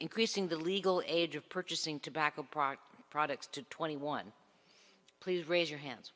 increasing the legal age of purchasing tobacco products products to twenty one please raise your hands